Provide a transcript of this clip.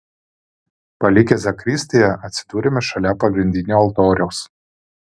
palikę zakristiją atsidūrėme šalia pagrindinio altoriaus